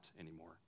anymore